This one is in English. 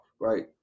Right